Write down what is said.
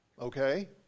Okay